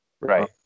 Right